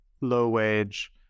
low-wage